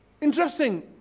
Interesting